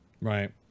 Right